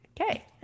Okay